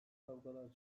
kavgalar